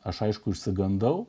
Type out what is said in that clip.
aš aišku išsigandau